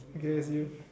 okay that's you